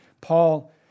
Paul